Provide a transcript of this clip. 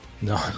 no